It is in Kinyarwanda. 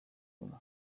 ubumwe